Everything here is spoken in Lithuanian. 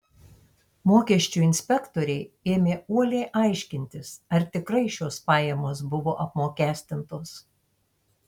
mokesčių inspektoriai ėmė uoliai aiškintis ar tikrai šios pajamos buvo apmokestintos